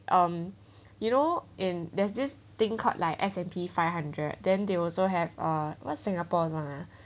um you know in there's this thing called like S_&_P five hundred then they also have uh what singapore's [one] ah